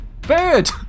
Bird